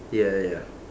ya ya ya